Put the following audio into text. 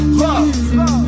love